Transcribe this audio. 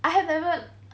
I have never